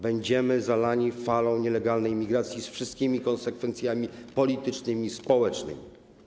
Będziemy zalani falą nielegalnej emigracji z wszystkimi konsekwencjami politycznymi i społecznymi.